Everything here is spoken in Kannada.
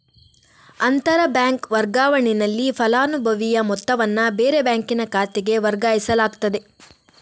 ಅಂತರ ಬ್ಯಾಂಕ್ ವರ್ಗಾವಣೆನಲ್ಲಿ ಫಲಾನುಭವಿಯ ಮೊತ್ತವನ್ನ ಬೇರೆ ಬ್ಯಾಂಕಿನ ಖಾತೆಗೆ ವರ್ಗಾಯಿಸಲಾಗ್ತದೆ